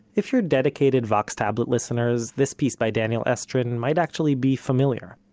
if you're dedicated vox tablet listeners, this piece, by daniel estrin, might actually be familiar.